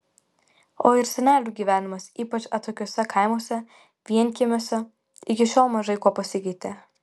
o ir senelių gyvenimas ypač atokiuose kaimuose vienkiemiuose iki šiol mažai kuo pasikeitė